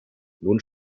nun